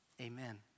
amen